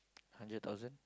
hundred thousand